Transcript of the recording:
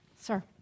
Sir